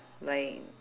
like